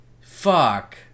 fuck